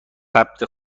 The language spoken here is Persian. ثبت